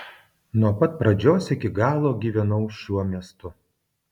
nuo pat pradžios iki galo gyvenau šiuo miestu